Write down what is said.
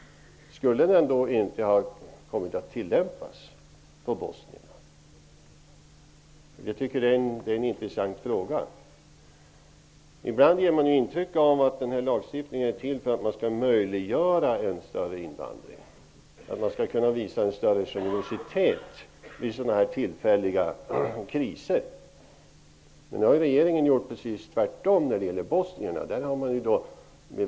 Skulle den då inte ha tillämpats när det gäller bosnierna? Jag tycker att det är en intressant fråga. Ibland ger man intrycket att den här lagstiftningen är till för att möjliggöra en större invandring och för att visa större generositet vid tillfälliga kriser. Men när det gäller bosnierna har regeringen nu gjort precis tvärtom.